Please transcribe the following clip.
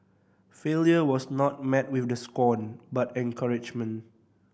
failure was not met with the scorn but encouragement